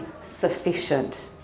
sufficient